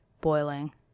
boiling